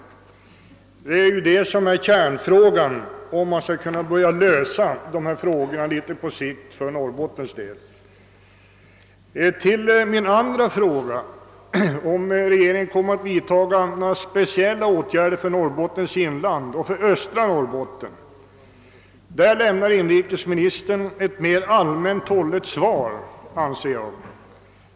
Detta är kärnfrågan när det gäller att på sikt kunna lösa hithörande problem för Norrbottens del. På min andra fråga — om regeringen kommer att vidtaga några speciella åtgärder för Norrbottens inland och för östra Norrbotten lämnar inrikesministern ett mer allmänt hållet svar.